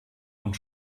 und